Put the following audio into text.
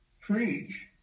preach